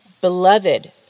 Beloved